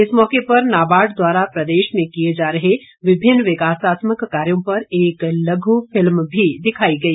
इस मौके पर नाबार्ड द्वारा प्रदेश में किए जा रहे विभिन्न विकासात्मक कार्यों पर एक लघु फिल्म भी दिखाई गई